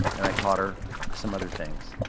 and i taught her some other things.